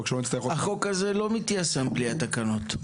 --- החוק הזה לא מתיישם בלי התקנות,